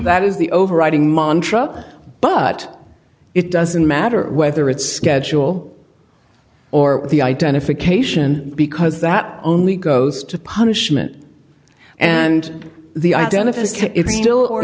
that is the overriding mantra but it doesn't matter whether it's schedule or the identification because that only goes to punishment and the identify